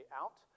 out